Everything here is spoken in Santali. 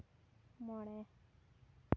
ᱢᱚᱬᱮ